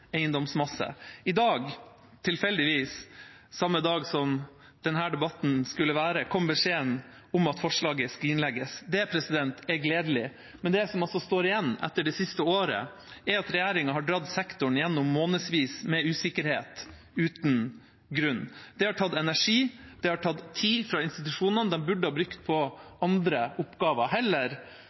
eiendomsmasse. I dag – tilfeldigvis samme dag som denne debatten skulle finne sted – kom beskjeden om at forslaget skrinlegges. Det er gledelig. Men det som altså står igjen etter det siste året, er at regjeringa har dratt sektoren gjennom månedsvis med usikkerhet uten grunn. Det har tatt energi, og det har tatt tid fra institusjonene som de burde brukt på andre oppgaver. Heller